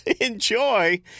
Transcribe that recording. enjoy